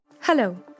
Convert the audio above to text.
Hello